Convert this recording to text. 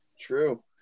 True